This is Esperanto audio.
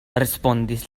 respondis